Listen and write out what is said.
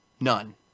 none